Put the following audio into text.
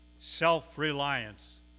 self-reliance